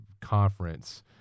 conference